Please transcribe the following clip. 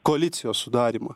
koalicijos sudarymą